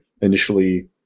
initially